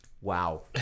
Wow